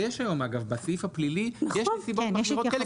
ויש היום אגב בסעיף הפלילי נסיבות מחמירות כאלה